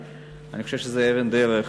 אני חושב שזה אבן דרך.